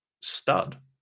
stud